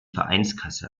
vereinskasse